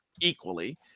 equally